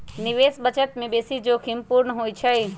निवेश बचत से बेशी जोखिम पूर्ण होइ छइ